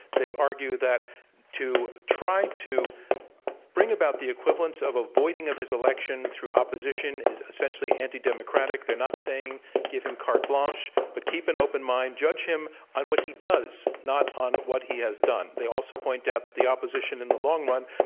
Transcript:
they argue that to try to bring about the equivalence of avoiding of his election through opposition is essentially anti-democratic. they're not saying give him carte blanche, but keep an open mind. judge him on what he does, not on what he has done. they also point out the opposition, in the long run,